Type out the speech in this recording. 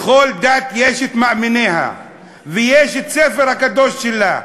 לכל דת יש מאמיניה ויש הספר הקדוש שלה,